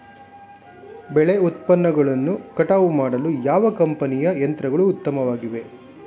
ಬೆಳೆ ಉತ್ಪನ್ನಗಳನ್ನು ಕಟಾವು ಮಾಡಲು ಯಾವ ಕಂಪನಿಯ ಯಂತ್ರಗಳು ಉತ್ತಮವಾಗಿವೆ?